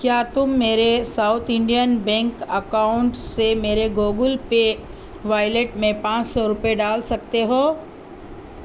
کیا تم میرے ساؤتھ انڈین بینک اکاؤنٹ سے میرے گوگل پے والیٹ میں پانچ سو روپئے ڈال سکتے ہو